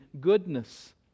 goodness